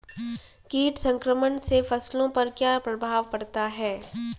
कीट संक्रमण से फसलों पर क्या प्रभाव पड़ता है?